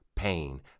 pain